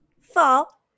Fall